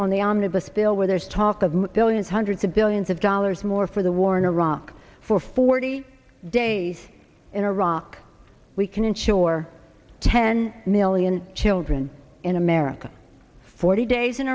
on the omnibus bill where there's talk of billions hundreds of billions of dollars more for the war in iraq for forty days in iraq we can ensure ten million children in america forty days in